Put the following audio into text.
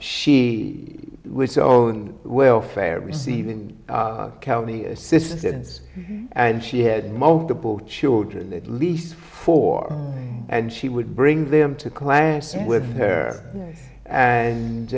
she was so welfare receiving county assistance and she had multiple children at least four and she would bring them to class with her and